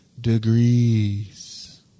degrees